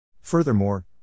Furthermore